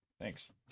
Thanks